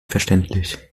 verständlich